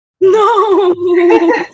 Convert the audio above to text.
No